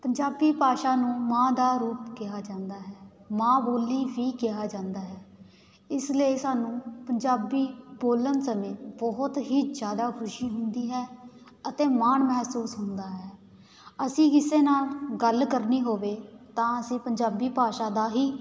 ਪੰਜਾਬੀ ਭਾਸ਼ਾ ਨੂੰ ਮਾਂ ਦਾ ਰੂਪ ਕਿਹਾ ਜਾਂਦਾ ਹੈ ਮਾਂ ਬੋਲੀ ਵੀ ਕਿਹਾ ਜਾਂਦਾ ਹੈ ਇਸ ਲਈ ਸਾਨੂੰ ਪੰਜਾਬੀ ਬੋਲਣ ਸਮੇਂ ਬਹੁਤ ਹੀ ਜ਼ਿਆਦਾ ਖੁਸ਼ੀ ਹੁੰਦੀ ਹੈ ਅਤੇ ਮਾਣ ਮਹਿਸੂਸ ਹੁੰਦਾ ਹੈ ਅਸੀਂ ਕਿਸੇ ਨਾਲ ਗੱਲ ਕਰਨੀ ਹੋਵੇ ਤਾਂ ਅਸੀਂ ਪੰਜਾਬੀ ਭਾਸ਼ਾ ਦਾ ਹੀ